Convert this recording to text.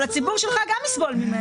אבל הציבור שלך גם יסבול מהם.